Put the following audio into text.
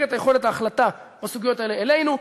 את יכולת ההחלטה בסוגיות האלה אלינו,